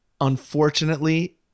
Unfortunately